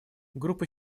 группа